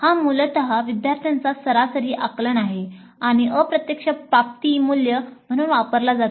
हा मूलत विद्यार्थ्यांचा सरासरी आकलन आहे आणि अप्रत्यक्ष प्राप्ती मूल्य म्हणून वापरला जातो